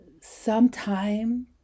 sometime